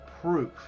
proof